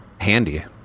handy